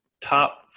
top